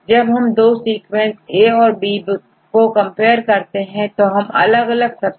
जब हम दो सीक्वेंसA औरB को कंपेयर करते हैं तो हमें अलग अलग चेंज दिखते हैं यह